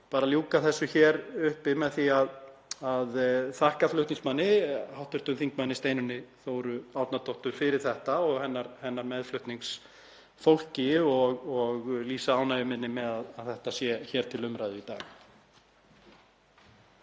bara ljúka þessu hér með því að þakka flutningsmanni, hv. þm. Steinunni Þóru Árnadóttur, fyrir þetta og hennar meðflutningsfólki og lýsa ánægju minni með að þetta sé hér til umræðu í dag.